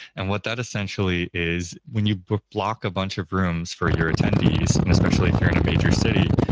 and what that essentially is when you block a bunch of rooms for your attendees, and especially if you're in a major city,